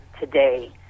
today